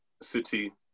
City